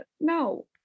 No